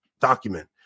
document